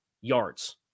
yards